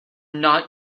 not